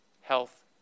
health